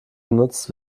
genutzt